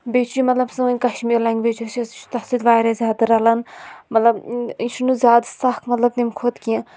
بیٚیہِ چھِ یہِ مَطلَب سٲنۍ کَشمیٖر لَنٛگویج یۄس اسہِ چھِ تتھ سٟتۍ واریاہ زِیادٕ رَلان مَطلَب یہِ چھُنہٕ زِیادٕ سَکھ مَطلَب تمہِ کھۄتہٕ کینٛہہ